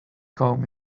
comb